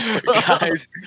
Guys